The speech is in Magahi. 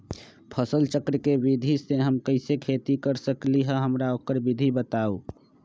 फसल चक्र के विधि से हम कैसे खेती कर सकलि ह हमरा ओकर विधि बताउ?